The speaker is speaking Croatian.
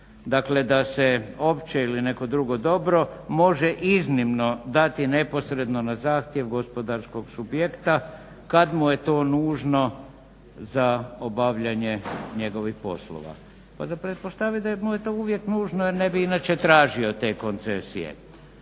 Dakle, da se opće ili neko drugo dobro može iznimno dati neposredno na zahtjev gospodarskog subjekta kad mu je to nužno za obavljanje njegovih poslova. Za pretpostavit je da mu je to uvijek nužno, jer ne bi inače tražio te koncesije.